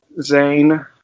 Zane